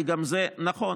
כי גם זה נכון.